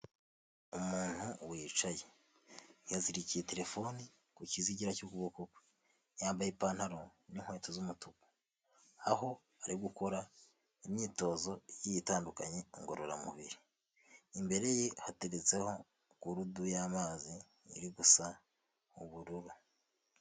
Umuntu wicaye yazirikiye terefoni ku kizigira cy'ukuboko kwe yambaye ipantaro n'inkweto z'umutuku, aho ari gukora imyitozo igiye itandukanye ngororamubiri, imbere ye hateretseho gudu y'amazi iri gusa ubururu.